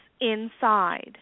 inside